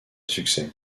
succès